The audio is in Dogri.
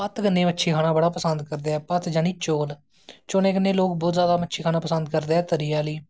भत्त कन्नै खाना बड़ा पसंद करदे ऐं जानि के चौल चौलैं कन्नैं लोग बौह्त पसंद करदे ऐं मच्छी खाना तरी आह्ली